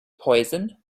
poison